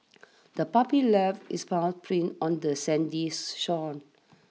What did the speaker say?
the puppy left its paw print on the Sandy's shore